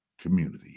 community